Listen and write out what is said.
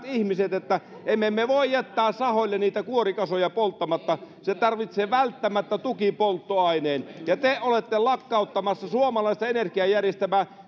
ihmiset että emme me me voi jättää sahoille niitä kuorikasoja polttamatta se tarvitsee välttämättä tukipolttoaineen ja te olette lakkauttamassa suomalaista energiajärjestelmää